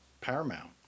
paramount